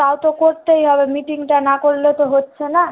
তাও তো করতেই হবে মিটিংটা না করলে তো হচ্ছে না